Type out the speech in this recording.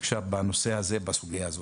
בנושא הזה, בסוגיה הזאת.